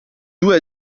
due